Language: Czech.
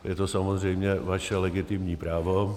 Je to samozřejmě vaše legitimní právo.